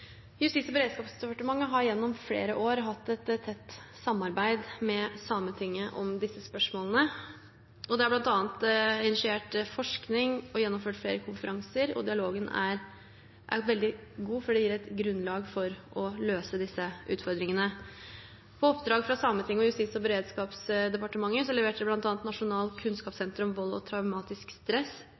Justis- og beredskapsdepartementet har gjennom flere år hatt et tett samarbeid med Sametinget om disse spørsmålene. Det er bl.a. initiert forskning og gjennomført flere konferanser, og dialogen er veldig god, og det gir et grunnlag for å løse disse utfordringene. På oppdrag fra Sametinget og Justis- og beredskapsdepartementet leverte bl.a. Nasjonalt kunnskapssenter om vold og traumatisk stress